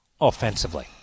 offensively